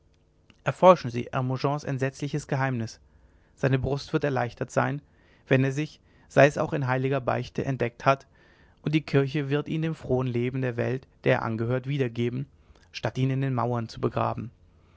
erforschen sie hermogens entsetzliches geheimnis seine brust wird erleichtert sein wenn er sich sei es auch in heiliger beichte entdeckt hat und die kirche wird ihn dem frohen leben in der welt der er angehört wiedergeben statt ihn in den mauern zu begraben